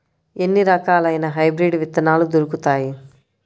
ఎన్ని రకాలయిన హైబ్రిడ్ విత్తనాలు దొరుకుతాయి?